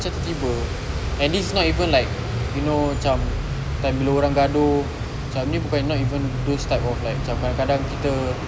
cam tertiba and this is not even like you know cam time bila orang gaduh cam ni bukan not even those type of like cam kadang-kadang kita